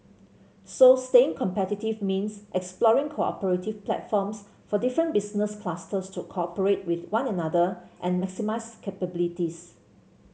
so staying competitive means exploring cooperative platforms for different business clusters to cooperate with one another and maximise capabilities